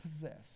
possess